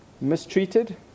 mistreated